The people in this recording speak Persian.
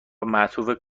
معطوف